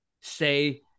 say